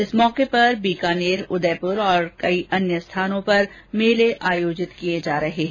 इस मौके पर बीकानेर उदयपुर और अन्य कई स्थानों पर मेले आयोजित किए जा रहे हैं